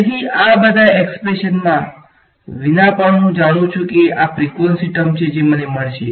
તેથી આ બધા એક્સપ્રેશનમા વિના પણ હું જાણું છું કે આ ફ્રીકવંસી ટર્મ છે જે મને મળશે